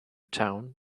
town